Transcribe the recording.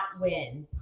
win